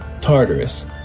Tartarus